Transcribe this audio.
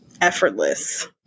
Effortless